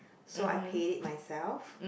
so I paid it myself